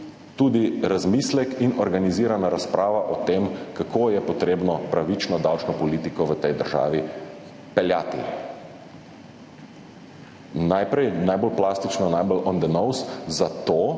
tudi razmislek in organizirana razprava o tem, kako je potrebno peljati pravično davčno politiko v tej državi. Najprej, najbolj plastično, najbolj on the nose zato,